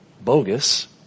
Bogus